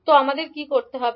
তো আমাদের কী করতে হবে